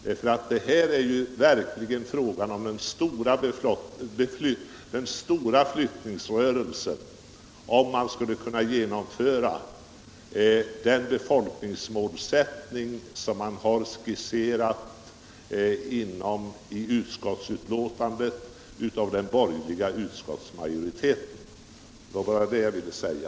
Här är det ju verkligen fråga om den stora flyttningsrörelsen, om man skulle kunna genomföra den befolkningsmålsättning som har skisserats i utskottsbetänkandet av den borgerliga majoriteten. Det var bara det jag ville säga.